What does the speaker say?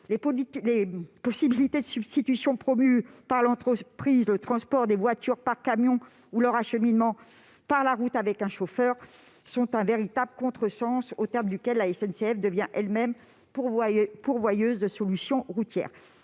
Les possibilités de substitution promues par l'entreprise, le transport des voitures par camion ou leur acheminement par la route avec un chauffeur, sont un véritable contresens au terme duquel la SNCF devient elle-même pourvoyeuse de solutions routières.